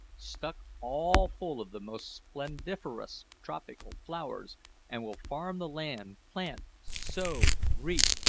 stuck all full of the most splendiferous tropical flowers and we'll farm the land, plant, sow, reap,